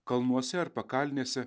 kalnuose ar pakalnėse